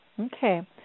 Okay